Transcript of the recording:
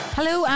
Hello